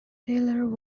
taylor